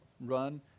run